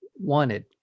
wanted